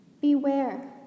Beware